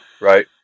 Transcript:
right